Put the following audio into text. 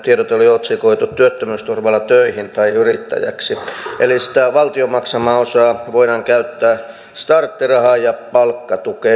tiedote oli otsikoitu työttömyysturvalla töihin tai yrittäjäksi eli sitä valtion maksamaa osaa voidaan käyttää starttirahaan ja palkkatukeen